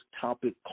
topic